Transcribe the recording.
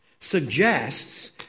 suggests